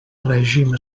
règim